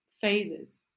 phases